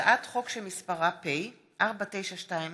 אכרם חסון,